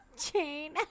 Chain